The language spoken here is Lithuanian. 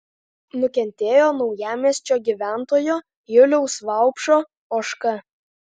nukentėjo naujamiesčio gyventojo juliaus vaupšo ožka